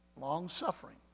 long-suffering